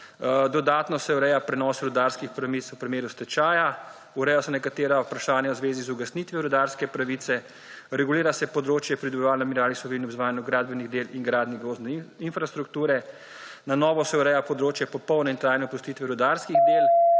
Dodatno se ureja prenos rudarskih premis v primeru stečaja, urejajo se nekatera vprašanja v zvezi z ugasnitvijo rudarske pravice, regulira se področje / nerazumljivo/ ob izvajanju gradbenih del in gradnje gozdne infrastrukture, na novo se ureja področje popolne in trajne opustitve rudarskih /